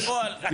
יש,